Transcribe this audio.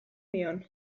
nion